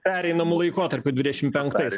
pereinamu laikotarpiu dvidešim penktais